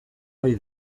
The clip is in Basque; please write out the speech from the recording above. ohi